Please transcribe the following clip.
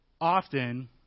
often